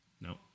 No